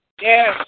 Yes